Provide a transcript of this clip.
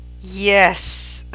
Yes